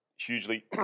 Hugely